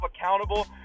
accountable